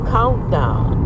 Countdown